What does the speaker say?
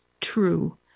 true